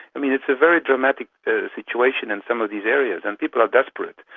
i mean, it's a very dramatic situation in some of these areas and people are desperate.